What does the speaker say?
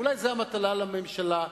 ואולי זאת המטלה לממשלה,